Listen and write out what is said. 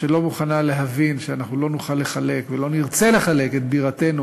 שלא מוכנה להבין שאנחנו לא נוכל לחלק ולא נרצה לחלק את בירתנו